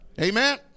Amen